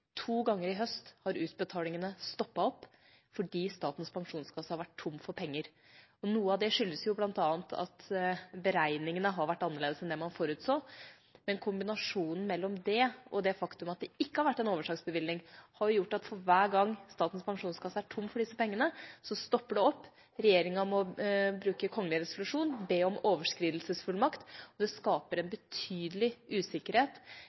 To ganger i høst har utbetalingene stoppet opp fordi Statens pensjonskasse har vært tom for penger. Dette skyldes bl.a. at beregningene har vært annerledes enn det man forutså. Men kombinasjonen av det og det faktum at det ikke har vært en overslagsbevilgning, har gjort at hver gang Statens pensjonskasse er tom for disse pengene, så stopper det opp, regjeringa må bruke kongelig resolusjon, be om overskridelsesfullmakt, og dette skaper en betydelig usikkerhet.